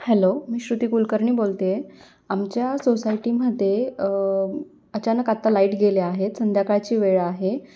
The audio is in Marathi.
हॅलो मी श्रुती कुलकर्णी बोलते आहे आमच्या सोसायटीमध्ये अचानक आत्ता लाईट गेले आहेत संध्याकाळची वेळ आहे